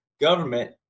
government